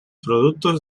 productos